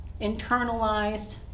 internalized